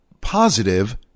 positive